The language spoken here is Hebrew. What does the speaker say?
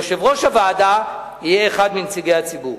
יושב-ראש הוועדה יהיה אחד מנציגי הציבור.